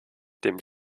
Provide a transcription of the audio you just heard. dem